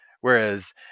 whereas